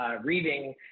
reading